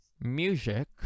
Music